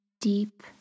deep